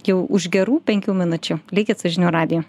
jau už gerų penkių minučių likit su žinių radiju